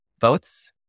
votes